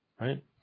right